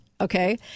okay